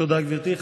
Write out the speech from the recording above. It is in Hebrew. תודה, גברתי.